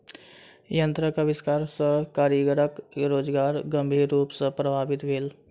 यंत्रक आविष्कार सॅ कारीगरक रोजगार गंभीर रूप सॅ प्रभावित भेल